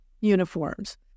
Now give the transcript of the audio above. uniforms